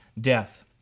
death